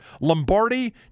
Lombardi